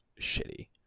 shitty